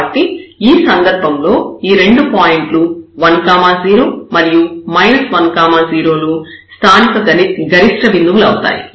కాబట్టి ఈ సందర్భంలో ఈ రెండు పాయింట్లు 1 0 మరియు 1 0 లు స్థానిక గరిష్ట బిందువులవుతాయి